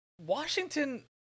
Washington